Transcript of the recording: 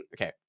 okay